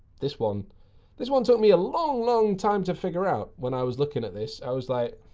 this one this one took me a long, long time to figure out when i was looking at this. i was like,